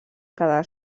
quedar